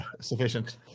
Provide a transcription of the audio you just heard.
sufficient